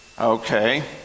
okay